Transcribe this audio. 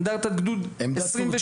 אנדרטת גדוד 28,